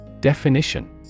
Definition